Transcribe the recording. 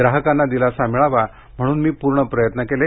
ग्राहकांना दिलासा मिळावा म्हणून मी पूर्ण प्रयत्न केले